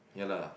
ya lah